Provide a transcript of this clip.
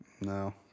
No